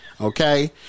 okay